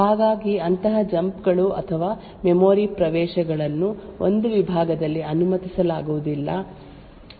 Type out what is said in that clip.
ಹಾಗಾಗಿ ಅಂತಹ ಜಂಪ್ ಗಳು ಅಥವಾ ಮೆಮೊರಿ ಪ್ರವೇಶಗಳನ್ನು ಒಂದು ವಿಭಾಗದಲ್ಲಿ ಅನುಮತಿಸಲಾಗುವುದಿಲ್ಲ ಎಂದು ನಾವು ಹೇಗೆ ಖಚಿತಪಡಿಸಿಕೊಳ್ಳುತ್ತೇವೆ